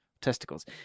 testicles